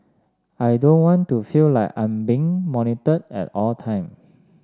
I don't want to feel like I'm being monitored at all the time